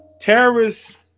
terrorists